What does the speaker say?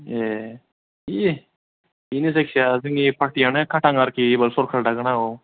ए दे बेनो जायखिजाया जोंनि फारथियानो खाथां आरोखि एबार सरकार दागोना औ